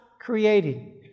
creating